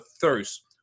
thirst